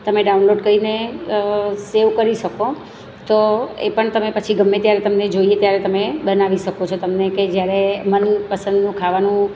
તમે ડાઉનલોડ કરીને સેવ કરી શકો તો એ પણ તમે પછી ગમે ત્યારે તમને જોઈએ ત્યારે તમે બનાવી શકો છો તમને કે જ્યારે મનપસંદનું ખાવાનું